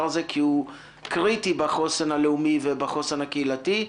הזה כי הוא קריטי בחוסן הלאומי ובחוסן הקהילתי.